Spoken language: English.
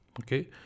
okay